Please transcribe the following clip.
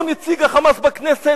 הוא נציג ה"חמאס" בכנסת.